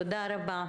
תודה רבה.